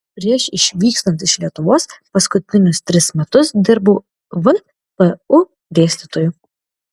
prieš išvykstant iš lietuvos paskutinius tris metus dirbau vpu dėstytoju